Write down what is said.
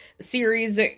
series